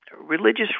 religious